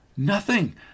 Nothing